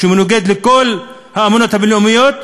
שמנוגד לכל האמנות הבין-לאומיות?